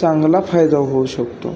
चांगला फायदा होऊ शकतो